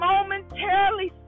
Momentarily